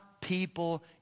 people